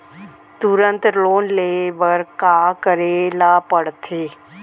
तुरंत लोन ले बर का करे ला पढ़थे?